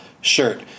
shirt